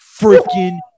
freaking